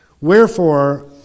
Wherefore